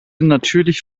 natürlich